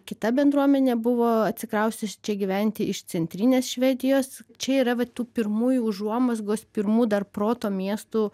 kita bendruomenė buvo atsikrausčius čia gyventi iš centrinės švedijos čia yra vat tų pirmųjų užuomazgos pirmų dar proto miestų